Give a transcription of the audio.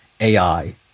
AI